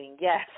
Yes